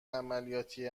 عملیاتی